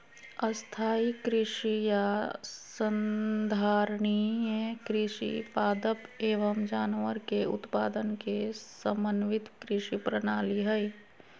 स्थाई कृषि या संधारणीय कृषि पादप एवम जानवर के उत्पादन के समन्वित कृषि प्रणाली हई